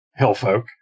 Hillfolk